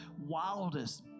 wildest